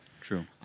true